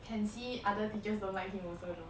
can see other teachers don't like him also though